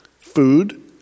food